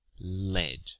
lead